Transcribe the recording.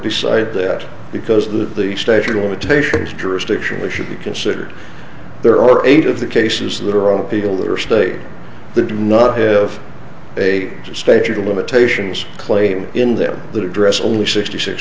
decide that because of the statute of limitations jurisdiction which should be considered there are eight of the cases that are on appeal that are state the do not have a stage of limitations claim in there that address only sixty six